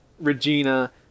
Regina